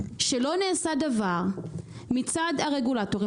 שלא נעשה דבר מצד הרגולטורים.